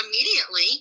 immediately